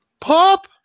pop